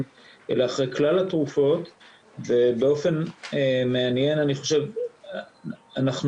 אלא אחרי כלל התרופות ובאופן מעניין אנחנו רואים,